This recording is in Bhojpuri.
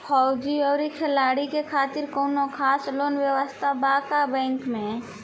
फौजी और खिलाड़ी के खातिर कौनो खास लोन व्यवस्था बा का बैंक में?